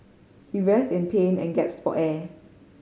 he writhed in pain and gasped for air